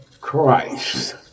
Christ